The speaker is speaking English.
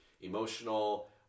emotional